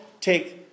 take